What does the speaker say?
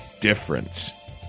difference